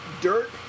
dirt